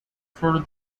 for